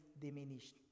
diminished